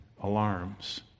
alarms